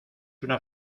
una